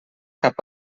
cap